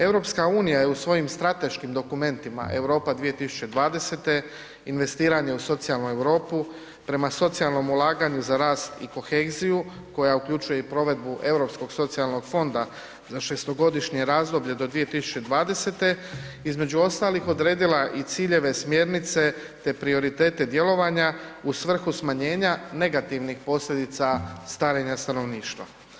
EU je u svojim strateškim dokumentima Europa 2020. investiranje u socijalnu Europu prema socijalnom ulaganju za rast i koheziju koja uključuje i provedbu Europskog socijalnog fonda za 6-godišnje razdoblje do 2020., između ostalih odredila i ciljeve, smjernice, te prioritete djelovanja u svrhu smanjenja negativnih posljedica starenja stanovnjištva.